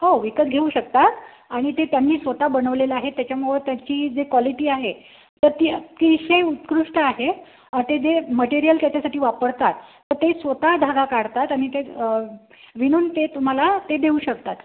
हो विकत घेऊ शकता आणि ते त्यांनी स्वतः बनवलेला आहे त्याच्यामुळं त्याची जी क्वालिटी आहे तर ती अतिशय उत्कृष्ट आहे ते जे मटेरियल त्याच्यासाठी वापरतात तर ते स्वतः धागा काढतात आणि ते विणून ते तुम्हाला ते देऊ शकतात